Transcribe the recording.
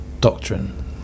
doctrine